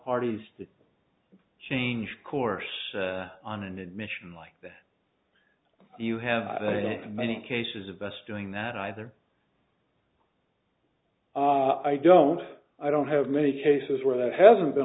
parties to change course on an admission like that you have in many cases of best doing that either i don't i don't have many cases where there hasn't been